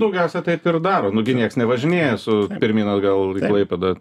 daugiausia taip ir daro nu gi nieks nevažinėja su pirmyn atgal į klaipėdą